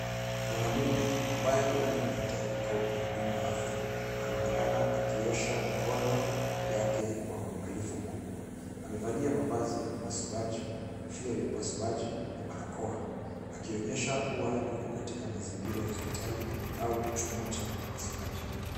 Mwanamume ambaye huenda ni daktari au mhudumu wa afya, anaonekana akiosha mikono yake kwa uangalifu mkubwa. Amevalia mavazi ya upasuaji, kofia ya upasuaji na barakoa, akionyesha kuwa yuko katika mazingira ya hospitali au chumba cha upasuaji.